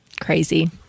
crazy